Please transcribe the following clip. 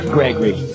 Gregory